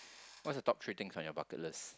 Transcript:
what's the top three things on your bucket list